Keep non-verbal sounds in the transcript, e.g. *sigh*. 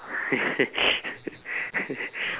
*laughs*